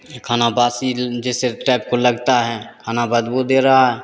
ये खाना बासी जैसे टाइप का लगता है खाना बदबू दे रहा है